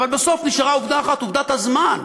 אבל בסוף נשארה עובדה אחת, עובדת הזמן.